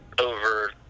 over